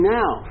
now